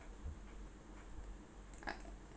uh